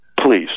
Please